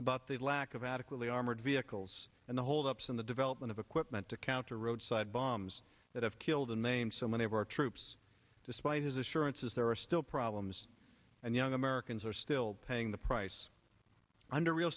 about the lack of adequately armored vehicles and the hold ups in the development of equipment to counter roadside bombs that have killed and maimed so many of our troops despite his assurances there are still problems and young americans are still paying the price under real